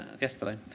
yesterday